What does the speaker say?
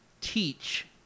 teach